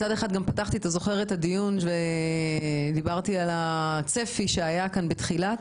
מצד אחד פתחתי את הדיון ודיברתי על הצפי שהיה בתחילת